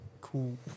cool